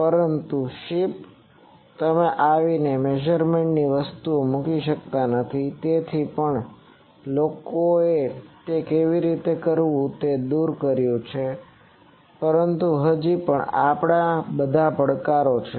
પરંતુ શિપ તમે આવીને મેઝરમેન્ટ વસ્તુઓમાં મૂકી શકતા નથી તેથી પણ લોકોએ તે કેવી રીતે કરવું તે દૂર કર્યું છે પરંતુ હજી પણ આ બધા પડકારો છે